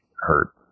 hurt